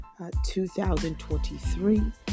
2023